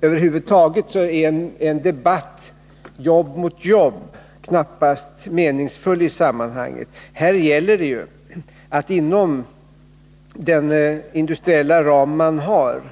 Över huvud taget är en debatt jobb mot jobb knappast meningsfull. Här gäller det att inom den industriella ram som finns